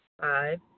Five